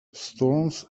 storms